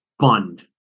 fund